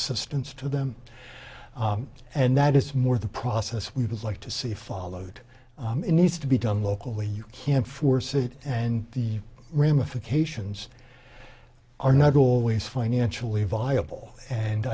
assistance to them and that is more the process we would like to see followed it needs to be done locally you can't force it and the ramifications are not always financially viable and